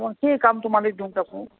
तर ते काम तुम्हाला देऊन टाकू